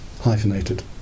hyphenated